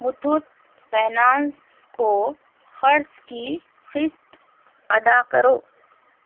Muthoot finance کو قرض کی قسط ادا کرو